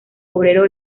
obrero